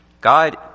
God